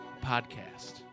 podcast